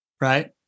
Right